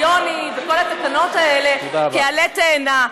לקחת את הנושא של הקריטריונים וכל התקנות האלה כעלה תאנה.